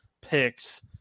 picks